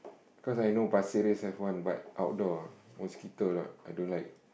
because I know Pasir Ris have one but outdoor ah mosquito a lot I don't like